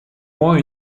moins